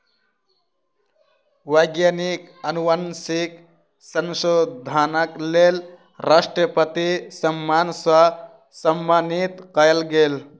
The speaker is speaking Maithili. वैज्ञानिक अनुवांशिक संशोधनक लेल राष्ट्रपति सम्मान सॅ सम्मानित कयल गेल